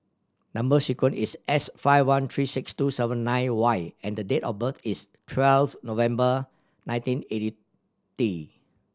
number sequence is S five one three six two seven nine Y and the date of birth is twelfth November nineteen eighty